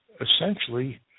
essentially